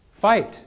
fight